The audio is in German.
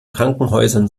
krankenhäusern